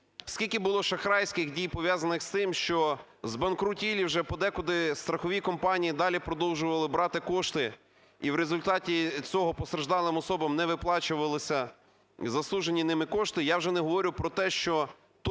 Скільки було шахрайських дій пов'язаних з тим, що збанкрутілі вже подекуди страхові компанії далі продовжували брати кошти і в результаті цього постраждалим особам не виплачувалися заслужені ними кошти. Я вже не говорю про те, що